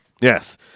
Yes